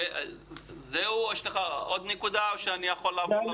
יש לך עוד נקודה או אני כול לעבור?